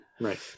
right